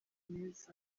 meza